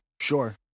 sure